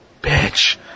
bitch